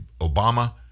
Obama